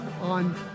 on